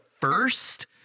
first